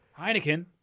Heineken